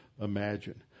imagine